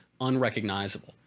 unrecognizable